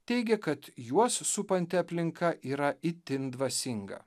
teigė kad juos supanti aplinka yra itin dvasinga